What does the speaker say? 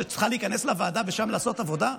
שצריכה להיכנס לוועדה ושם לעשות עבודה?